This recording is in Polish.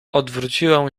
odwróciłem